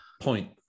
Point